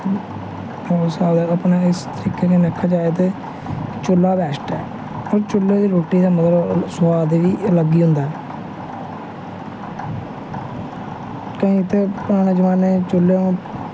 और साढ़े अपने इस तरीके कन्नै दिक्खेआ जाए ते चूह्ला बैस्ट ऐ चूह्ले दी रुट्टी दा मतलव कि सोआद गै अलग होंदा ऐ क्यों कि परानै जमानै चूह्ले